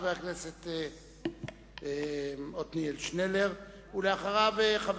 חבר הכנסת עתניאל שנלר, בבקשה.